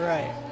Right